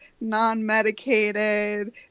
non-medicated